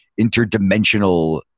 interdimensional